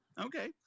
Okay